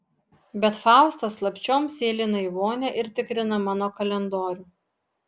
bet faustas slapčiom sėlina į vonią ir tikrina mano kalendorių